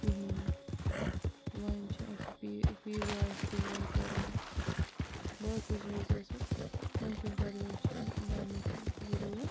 کِہیٖنۍ نہٕ وۄنۍ چھُ اسہِ پیٖزا آسہِ ڈیلِوَر کَرُن باقٕے چیٖز آسیٚن وۄنۍ چھُنہٕ پرویش ٲں بھرنُک ضروٗرت